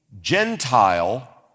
Gentile